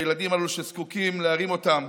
הילדים האלה זקוקים שירימו אותם.